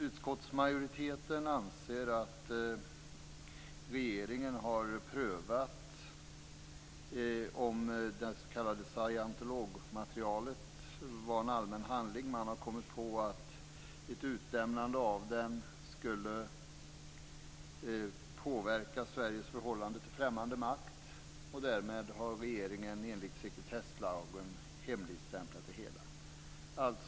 Utskottsmajoriteten anser att regeringen har prövat om det s.k. scientologmaterialet var en allmän handling. Man har kommit på att ett utlämnande av det skulle påverka Sveriges förhållande till främmande makt. Därmed har regeringen enligt sekretesslagen hemligstämplat det hela.